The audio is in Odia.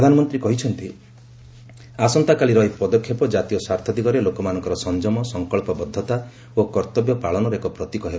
ପ୍ରଧାନମନ୍ତ୍ରୀ କହିଛନ୍ତି ଆସନ୍ତାକାଲିର ଏହି ପଦକ୍ଷେପ ଜାତୀୟ ସ୍ୱାର୍ଥ ଦିଗରେ ଲୋକମାନଙ୍କର ସଂଯମ ସଂକଳ୍ପବଦ୍ଧତା ଓ କର୍ତ୍ତବ୍ୟ ପାଳନର ଏକ ପ୍ରତୀକ ହେବ